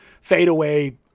fadeaway